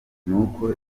nuko